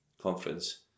conference